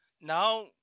Now